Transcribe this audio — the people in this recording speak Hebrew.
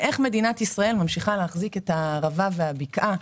איך מדינת ישראל ממשיכה להחזיק את הערבה ואת הבקעה,